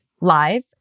live